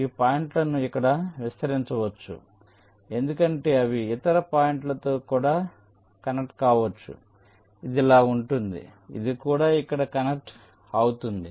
ఈ పాయింట్లను ఇక్కడ విస్తరించవచ్చు ఎందుకంటే అవి ఇతర పాయింట్లతో కూడా కనెక్ట్ కావచ్చు ఇది ఇలా ఉంటుంది ఇది కూడా ఇక్కడ కనెక్ట్ అవుతోంది